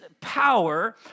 power